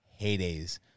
heydays